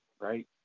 right